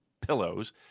pillows